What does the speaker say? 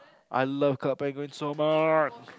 I love Club Penguin so much